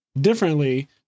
differently